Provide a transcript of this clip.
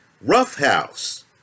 roughhouse